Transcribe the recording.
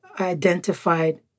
identified